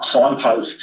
signpost